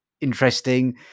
interesting